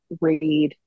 read